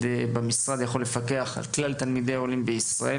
במשרד יכול לפקח על כלל תלמידי העולים בישראל,